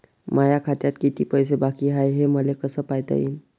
माया खात्यात किती पैसे बाकी हाय, हे मले कस पायता येईन?